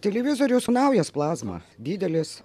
televizoriaus naujas plazma didelis